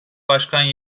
başkan